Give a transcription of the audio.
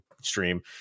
stream